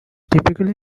typically